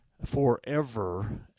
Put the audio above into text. forever